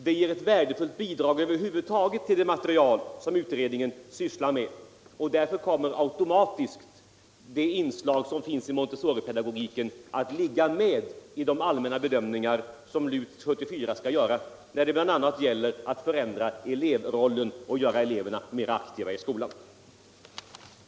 Den ger ett värdefullt bidrag över huvud taget till det material som utredningen sysslar med. Därför kommer automatiskt de inslag som finns i montessoripedagogiken att ligga med i de allmänna bedömningar som LUT 74 skall göra bl.a. när det gäller att förändra elevrollen och göra eleverna mer aktiva i skolan.